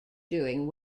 doing